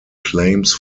claims